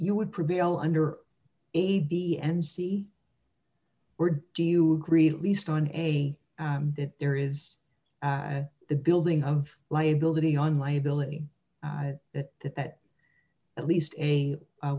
you would prevail under a b and c or do you agree that least on a that there is the building of liability on liability that that that at least a